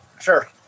Sure